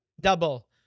Double